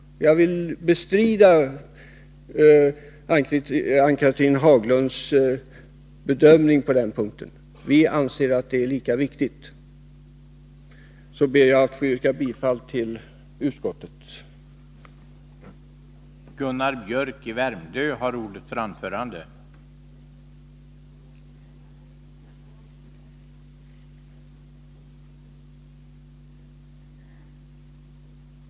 Jag bestrider Ann-Cathrine Haglunds bedömning på denna punkt. Vi anser sannerligen att frågan är viktig. Herr talman! Jag yrkar bifall till utskottets hemställan.